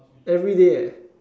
everyday